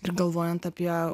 ir galvojant apie